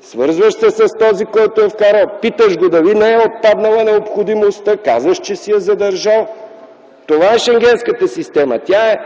свързваш се с този, който я е вкарал, питаш го дали не е отпаднала необходимостта, казваш, че си я задържал, това е Шенгенската система. Тя е